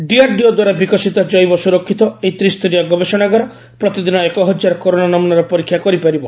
DRDO ଦ୍ୱାରା ବିକଶିତ ଜେିବ ସ୍ୱରକ୍ଷିତ ଏହି ତ୍ରିସ୍ତରୀୟ ଗବେଷଣାଗାର ପ୍ରତିଦିନ ଏକ ହଜାର କରୋନା ନମୁନାର ପରୀକ୍ଷା କରିପାରିବ